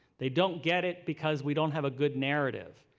they don't get it because we don't have a good narrative.